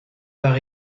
par